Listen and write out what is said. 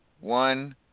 one